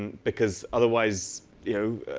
because otherwise, you know,